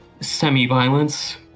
semi-violence